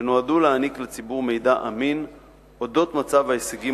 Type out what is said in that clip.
שנועדו להעניק לציבור מידע אמין על מצב ההישגים